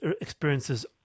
experiences